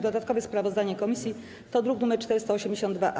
Dodatkowe sprawozdanie komisji to druk nr 482-A.